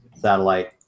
satellite